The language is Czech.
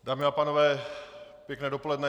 Dámy a pánové, pěkné dopoledne.